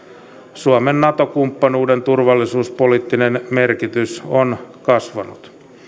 suomen nato kumppanuuden turvallisuuspoliittinen merkitys on kasvanut